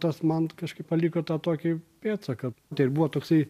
tas man kažkaip paliko tą tokį pėdsaką tai ir buvo toksai